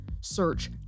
Search